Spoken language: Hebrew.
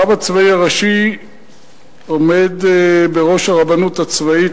הרב הצבאי הראשי עומד בראש הרבנות הצבאית,